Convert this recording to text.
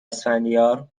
اسفندیار